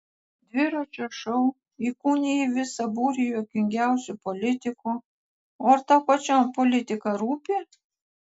dviračio šou įkūniji visą būrį juokingiausių politikų o ar tau pačiam politika rūpi